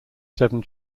seven